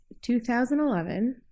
2011